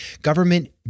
Government